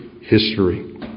history